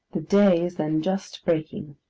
the day is then just breaking.